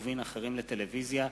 טובין אחרים לטלוויזיה,